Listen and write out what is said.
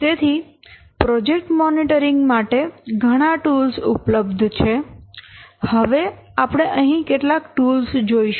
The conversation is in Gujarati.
તેથી પ્રોજેક્ટ મોનીટરીંગ માટે ઘણા ટૂલ્સ ઉપલબ્ધ છે હવે આપણે અહીં કેટલાક ટૂલ્સ જોઈશું